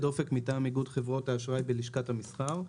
מטעם איגוד חברות האשראי בלשכת המסחר.